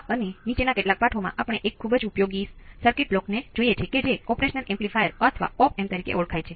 આ પાઠમાં આપણે વારંવાર ઉપયોગમાં લેવાતી બીજી ઓપ એમ્પ કહેવામાં આવે છે